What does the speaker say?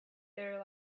there